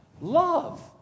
Love